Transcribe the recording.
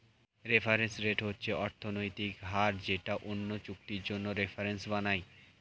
reference rate হচ্ছে অর্থনৈতিক হার যেটা অন্য চুক্তির জন্য রেফারেন্স বানায়